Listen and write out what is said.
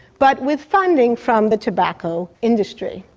but with funding from the tobacco industry.